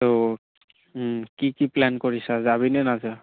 ত' কি কি প্লান কৰিছা যাবি নে নাযা